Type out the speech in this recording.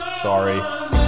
Sorry